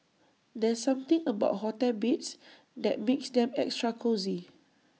there's something about hotel beds that makes them extra cosy